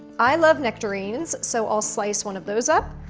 i love nectarines so i'll slice one of those up.